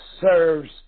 serves